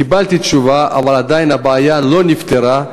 קיבלתי תשובה, אבל עדיין הבעיה לא נפתרה.